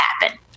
happen